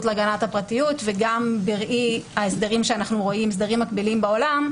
להגנת הפרטיות וגם בראי הסדרים מקבילים בעולם,